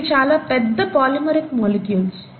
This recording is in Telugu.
ఇవి చాలా పెద్ద పాలిమరిక్ మొలిక్యూల్స్